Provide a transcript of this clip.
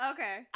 Okay